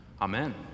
Amen